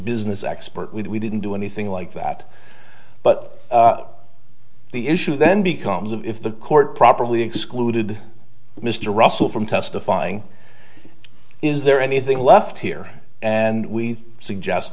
business expert we didn't do anything like that but the issue then becomes if the court properly excluded mr russell from testifying is there anything left here and we suggest